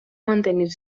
mantenir